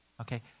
okay